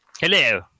Hello